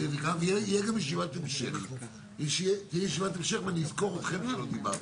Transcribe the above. תהיה גם ישיבת המשך ואני אזכור את כל מי שלא דיבר.